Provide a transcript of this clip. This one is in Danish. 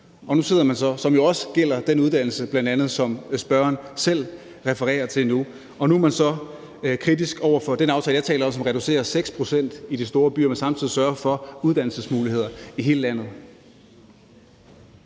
hele sektoren, som jo også bl.a. gælder den uddannelse, som spørgeren selv refererer til nu. Og nu er man så kritisk over for den aftale, jeg taler om, som reducerer det 6 pct. i de store byer, men samtidig sørger for uddannelsesmuligheder i hele landet.